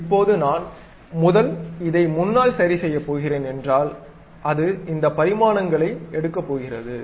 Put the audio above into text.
இப்போது நான் முதல் இதை முன்னால் சரிசெய்யப் போகிறேன் என்றால் அது இந்த பரிமாணங்களை எடுக்கப் போகிறது